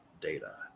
data